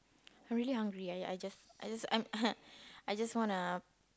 I really hungry I I I just I just I'm I just wanna